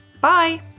Bye